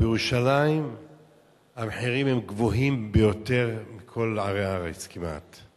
בירושלים המחירים הם גבוהים יותר מבכל ערי הארץ כמעט.